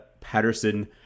Patterson